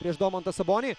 prieš domantą sabonį